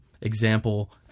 example